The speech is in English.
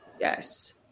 Yes